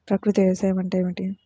ప్రకృతి వ్యవసాయం అంటే ఏమిటి?